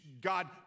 God